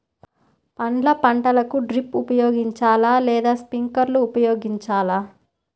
పండ్ల పంటలకు డ్రిప్ ఉపయోగించాలా లేదా స్ప్రింక్లర్ ఉపయోగించాలా?